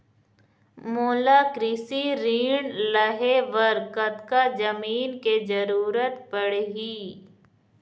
मोला कृषि ऋण लहे बर कतका जमीन के जरूरत पड़ही?